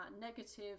negative